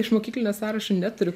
iš mokyklinio sąrašo neturiu